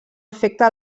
afecta